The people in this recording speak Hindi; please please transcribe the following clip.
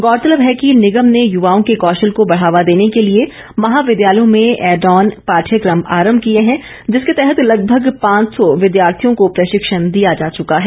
गौरतलब है कि निगम ने युवाओं के कौशल को बढ़ावा देने के लिए महाविद्यालयों में ऐड ऑन पाठ्यक्रम आरंभ किए हैं जिसके तहत लगभग पांच सौ विद्यार्थियों को प्रशिक्षण दिया जा चुका है